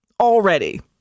already